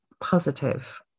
positive